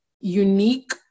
unique